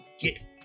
get